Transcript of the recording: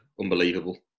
Unbelievable